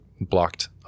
blocked